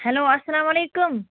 hello السلام علیکُم